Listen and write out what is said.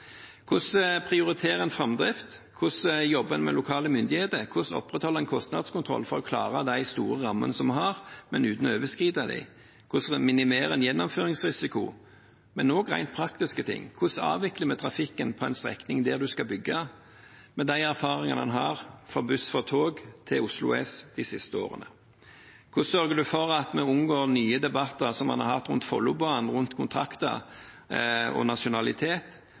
Hvordan prioriterer man framdriften, hvordan jobber man med lokale myndigheter, hvordan opprettholder man kostnadskontroll med de store rammene som vi har, men uten å overskride dem? Hvordan minimerer man gjennomføringsrisikoen? Men også rent praktiske ting: Hvordan avvikler vi trafikken på en strekning der man skal bygge, med de erfaringene man har fra buss for tog til Oslo S de siste årene? Hvordan sørger man for at vi unngår nye debatter, som man har hatt rundt Follobanen rundt kontrakter og nasjonalitet,